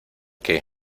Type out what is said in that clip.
qué